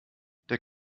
der